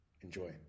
Enjoy